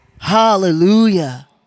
Hallelujah